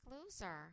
loser